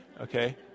Okay